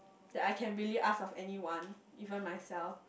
that I can really ask of anyone even myself